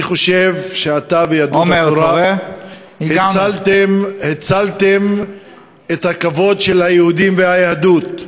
אני חושב שאתה ויהדות התורה הצלתם את הכבוד של היהודים והיהדות.